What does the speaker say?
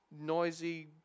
noisy